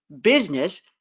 business